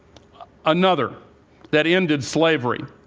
another that ended slavery.